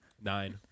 Nine